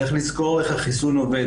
צריך לזכור איך החיסון עובד,